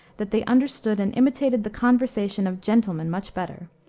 that they understood and imitated the conversation of gentlemen much better,